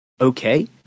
okay